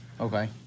Okay